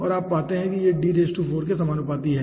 तो आप पाते हैं कि यह D4 के समानुपाती है